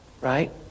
right